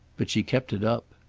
but she kept it up.